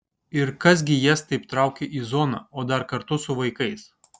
ir kas gi jas taip traukia į zoną o dar kartu su vaikais